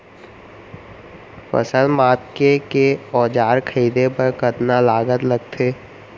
फसल मापके के औज़ार खरीदे बर कतका लागत लगथे?